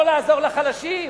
לא לעזור לחלשים,